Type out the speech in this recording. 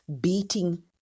beating